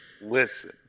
Listen